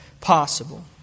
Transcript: possible